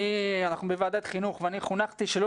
אנחנו בוועדת חינוך ואני חונכתי שלא